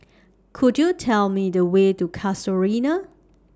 Could YOU Tell Me The Way to Casuarina